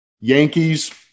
Yankees